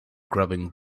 grubbing